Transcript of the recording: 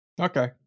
Okay